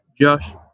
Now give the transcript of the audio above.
Josh